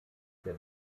der